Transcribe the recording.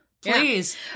please